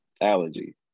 allergy